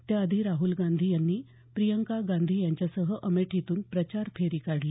त्याआधी राहुल गांधी प्रियंका गांधी यांच्यासह अमेठीतून प्रचार फेरी काढली